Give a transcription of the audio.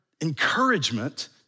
encouragement